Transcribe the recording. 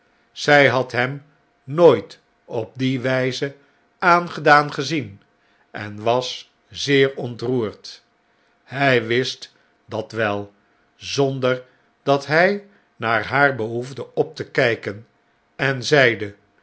zij had hem nooit op die wijze aangedaan gezien en was zeer ontroerd hg wist dat wel zonder dat hij naar haar behoefde op te kg ken en zeide